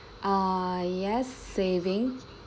ah yes saving